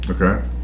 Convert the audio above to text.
okay